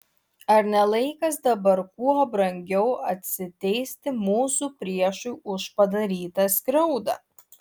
ar ne laikas dabar kuo brangiau atsiteisti mūsų priešui už padarytą skriaudą